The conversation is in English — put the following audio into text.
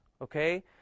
Okay